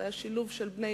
זה היה שילוב של בני-נוער